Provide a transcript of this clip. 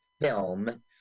film